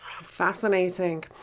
Fascinating